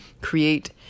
create